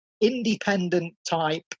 independent-type